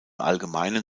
allgemeinen